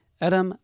Adam